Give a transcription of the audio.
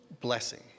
blessing